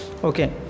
Okay